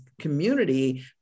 community